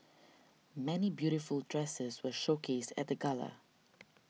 many beautiful dresses were showcased at gala